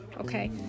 okay